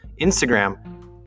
Instagram